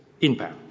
impact